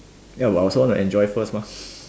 ya but I also wanna enjoy first mah